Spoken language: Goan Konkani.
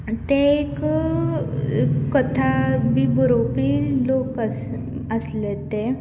तें एक कथा बी बरोवपी लोक आसले ते